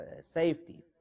safety